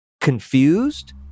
confused